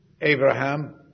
Abraham